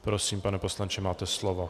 Prosím, pane poslanče, máte slovo.